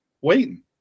waiting